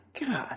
God